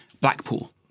Blackpool